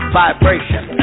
vibration